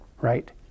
right